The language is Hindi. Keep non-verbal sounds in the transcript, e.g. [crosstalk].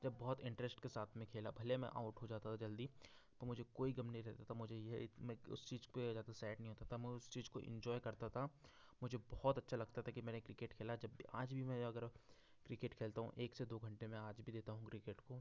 जब बहुत इंटरेस्ट के साथ में खेला भले मैं आउट हो जाता था जल्दी तो मुझे कोई गम नहीं रहता था मुझे यह मैं [unintelligible] सैड नहीं होता था मैं उस चीज़ को एन्जॉय करता था मुझे बहुत अच्छा लगता था कि मैंने क्रिकेट खेला जब आज भी मैं अगर क्रिकेट खेलता हूँ एक से दो घंटे मैं आज भी देता हूँ क्रिकेट को